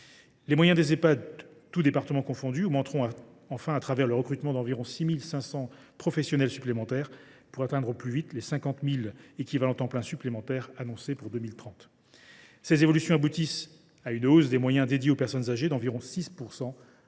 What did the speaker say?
augmenteront, tous départements confondus, le recrutement d’environ 6 500 professionnels supplémentaires, pour atteindre au plus vite les 50 000 équivalents temps plein (ETP) supplémentaires annoncés pour 2030. Ces évolutions aboutissent à une hausse des moyens dédiés aux personnes âgées d’environ 6 % en